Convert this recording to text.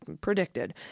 predicted